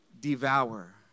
devour